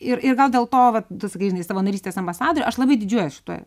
ir ir gal dėl to vat sakai žinai savanorystės ambasadorė aš labai didžiuojuos šituo